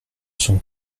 sont